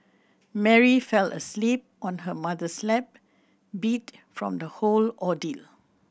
Mary fell asleep on her mother's lap beat from the whole ordeal